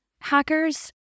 hackers